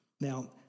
Now